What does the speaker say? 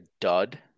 dud